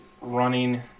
running